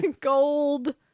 Gold